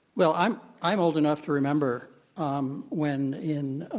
well, i'm i'm old enough to remember um when in